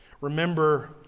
Remember